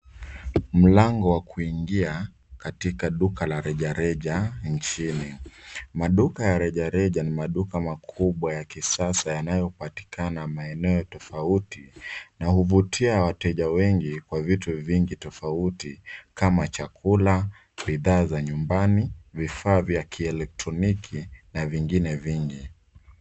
Mlango wa kuingia katika duka la rejareja nchini. Maduka ya rejareja ni maduka makubwa ya kisasa yanayopatikana maeneo tofauti na huvutia wateja wengi kwa vitu vingi tofauti kama chakula ,vifaa vya nyumbani ,vifaa vya elektroniki na vingine vingi.